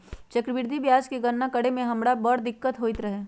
चक्रवृद्धि ब्याज के गणना करे में हमरा बड़ दिक्कत होइत रहै